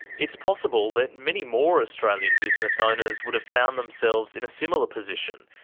it's possible that many more australian business owners would've found themselves in a similar position,